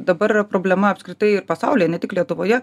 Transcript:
dabar yra problema apskritai pasaulyje ne tik lietuvoje